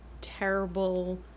terrible